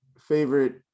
favorite